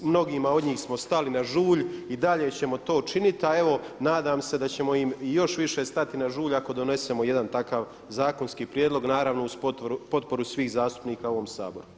S mnogima od njih smo stali na žulj, i dalje ćemo to činiti a evo nadam se da ćemo im i još više stati na žulj ako donesemo jedan takav zakonski prijedlog naravno uz potporu svih zastupnika u ovom Saboru.